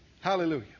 Hallelujah